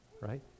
Right